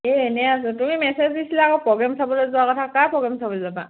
এই এনেই আছোঁ তুমি মেছেজ দিছিলা আকৌ প্ৰগ্ৰেম চাবলৈ যোৱাৰ কথা কাৰ প্ৰগ্ৰেম চাবলৈ যাবা